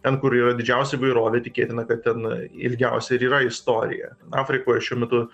ten kur yra didžiausia įvairovė tikėtina kad ten ilgiausia ir yra istorija afrikoj šiuo metu